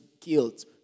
guilt